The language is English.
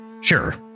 sure